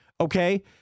okay